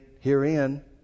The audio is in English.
herein